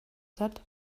that